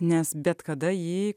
nes bet kada jį